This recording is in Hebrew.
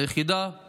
היחידה היא